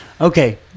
Okay